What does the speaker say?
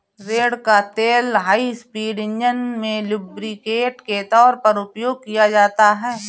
रेड़ का तेल high speed engine में लुब्रिकेंट के तौर पर उपयोग किया जाता है